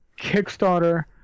Kickstarter